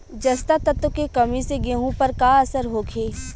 जस्ता तत्व के कमी से गेंहू पर का असर होखे?